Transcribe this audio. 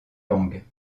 langues